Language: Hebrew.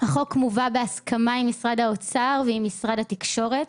החוק מובא בהסכמה עם משרד האוצר ועם משרד התקשורת.